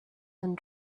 and